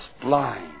blind